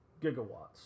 gigawatts